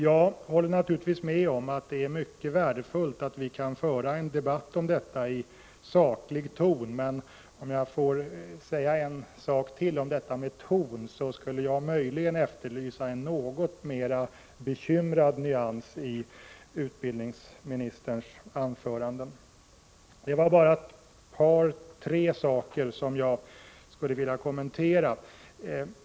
Jag håller med om att det är mycket värdefullt att vi kan föra en debatt om detta i saklig ton, men om jag får uppehålla mig litet vid detta med ”ton” skulle jag möjligen vilja efterlysa en något mera bekymrad nyans i tonen i utbildningsministerns anföranden. I övrigt är det tre frågor som jag skulle vilja kommentera.